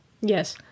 Yes